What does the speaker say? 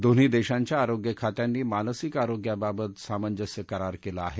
दोन्ही देशांच्या आरोग्य खात्यांनी मानसिक आरोग्याबाबत सामंजस्य करार केला आहे